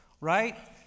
right